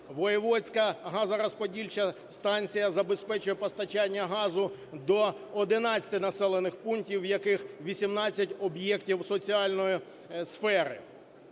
Воєводська газорозподільча станція забезпечує постачання газу до 11 населених пунктів, в яких 18 об'єктів соціальної сфери.